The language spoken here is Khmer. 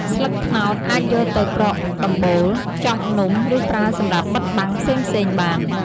ស្លឹកត្នោតអាចយកទៅប្រក់ដំបូល ខ្ចប់នំ ឬប្រើសម្រាប់បិទបាំងផ្សេងៗបាន។